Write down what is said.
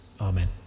Amen